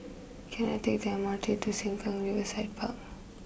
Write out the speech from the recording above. can I take the M R T to Sengkang Riverside Park